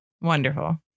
Wonderful